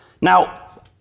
Now